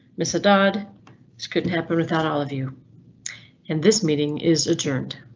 miss dodd. this couldn't happen without all of you in this meeting is adjourned.